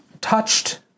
touched